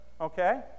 Okay